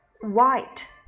white